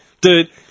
Dude